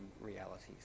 realities